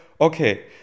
okay